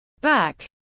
back